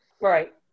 Right